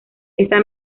esa